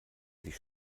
sich